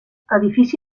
edifici